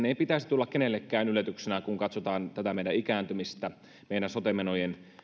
ei pitäisi tulla kenellekään yllätyksenä kun katsotaan tätä meidän ikääntymistä meidän sote menojen